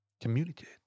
communicate